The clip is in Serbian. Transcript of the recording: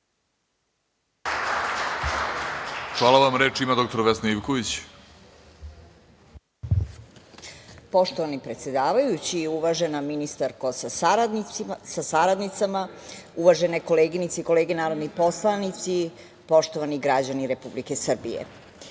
ima dr Vesna Ivković. **Vesna Ivković** Poštovani predsedavajući, uvažena ministarko sa saradnicama, uvažene koleginice i kolege narodni poslanici, poštovani građani Republike Srbije,